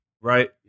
Right